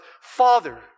Father